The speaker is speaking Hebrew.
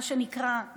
מה שנקרא,